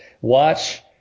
Watch